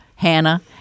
Hannah